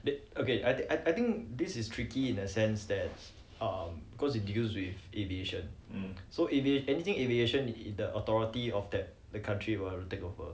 they okay I I think this is tricky in the sense that um because it deals with aviation so if if anything aviation in the authority of that the country will have to take over the ya connecting flights then for australians and new zealanders